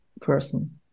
person